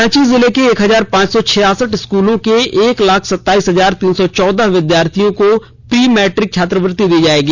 रांची जिले के एक हजार पांच सौ छियासठ स्कूलों के एक लाख सताइस हजार तीन सौ चौदह विद्यार्थियों को प्री मैट्रिक छात्रवृत्ति दी जायेगी